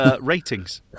ratings